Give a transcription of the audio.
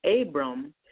Abram